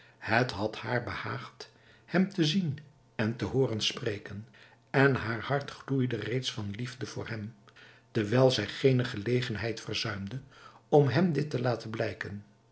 het had haar behaagd hem te zien en te hooren spreken en haar hart gloeide reeds van liefde voor hem terwijl zij geene gelegenheid verzuimde om hem dit te laten blijken